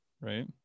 right